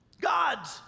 God's